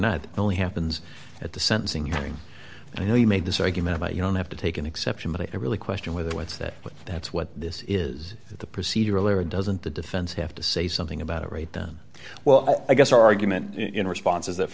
the only happens at the sentencing hearing and he made this argument about you don't have to take an exception but i really question whether what's that but that's what this is the procedural or doesn't the defense have to say something about it right then well i guess argument in response is